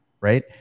Right